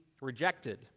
rejected